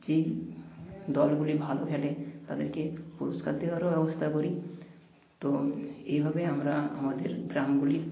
যে দলগুলি ভালো খেলে তাদেরকে পুরস্কার দেওয়ারও ব্যবস্থা করি তো এইভাবেই আমরা আমাদের গ্রামগুলি